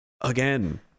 again